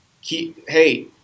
hey